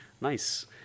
Nice